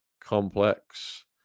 complex